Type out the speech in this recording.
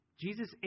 Jesus